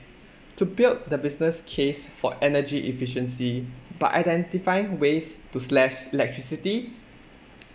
to build the business case for energy efficiency but identify ways to slash electricity